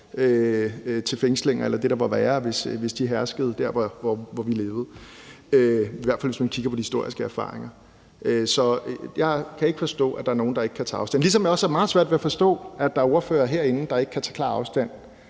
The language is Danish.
til fængsling eller det, der var værre, hvis de herskede dér, hvor vi lever, i hvert fald hvis man kigger på de historiske erfaringer. Så jeg kan ikke forstå, at der er nogle, der ikke kan tage afstand fra dem, ligesom jeg også har meget svært ved at forstå, at der er nogle medlemmer herinde, der ikke kan tage klar afstand